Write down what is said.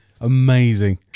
Amazing